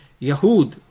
Yahud